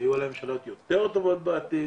ויהיו ממשלות יותר טובות בעתיד,